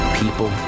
people